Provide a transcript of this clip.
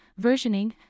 versioning